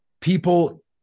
people